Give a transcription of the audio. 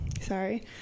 Sorry